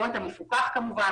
לא את המפוקח כמובן,